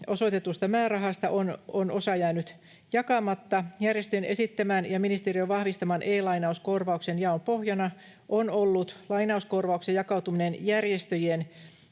osoitetusta määrärahasta on osa jäänyt jakamatta. Järjestöjen esittämän ja ministeriön vahvistaman e-lainauskorvauksen jaon pohjana on ollut lainauskorvauksen jakautuminen järjestöjen